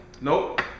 Nope